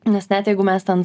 nes net jeigu mes ten